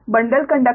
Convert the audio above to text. तो bundled conductor